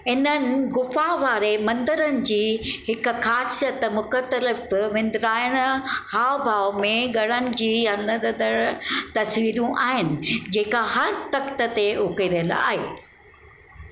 इन्हनि गुफा वारे मंदरनि जी हिकु ख़ासियत मुख़्तलिफ़ विंदराईंदड़ हाउ भाउ में गणनि जी हलंदड़ तस्वीरूं आहिनि जेका हर तख़्त ते उकेरियलु आहे